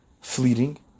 fleeting